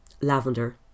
lavender